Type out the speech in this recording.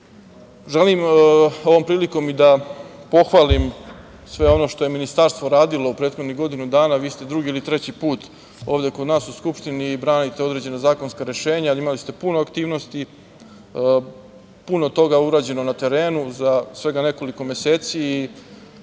ovom prilikom da pohvalim sve ono što je ministarstvo radilo u prethodnih godinu dana. Vi ste drugi ili treći put ovde kod nas u Skupštini, branite određene zakonska rešenja. Imali ste puno aktivnosti, puno toga urađeno na terenu za svega nekoliko meseci